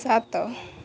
ସାତ